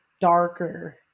darker